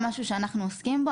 שאנחנו עוסקים בו,